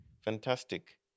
Fantastic